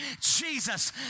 Jesus